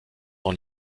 dans